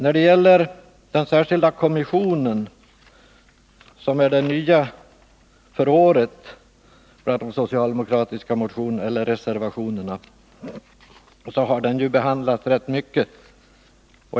Frågan om den särskilda kommissionen, som är det nya för året i socialdemokraternas partimotion och i de socialdemokratiska reservationerna, har behandlats rätt ingående.